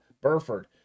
Burford